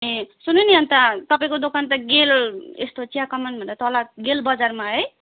ए सुन्नु नि अन्त तपाईँको दोकान त गेल यस्तो चियाकमानभन्दा तल गेल बजारमा है